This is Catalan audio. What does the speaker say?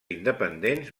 independents